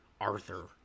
Arthur